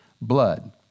blood